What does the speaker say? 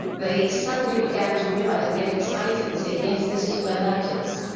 they suddenly began to realize and get excited and say yes, this is where that is.